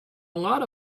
lot